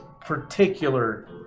particular